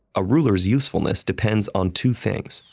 a ruler's usefulness depends on two things.